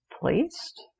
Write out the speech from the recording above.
Placed